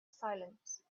silence